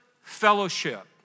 fellowship